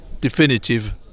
definitive